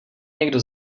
někdo